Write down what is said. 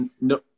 no